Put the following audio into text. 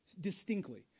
distinctly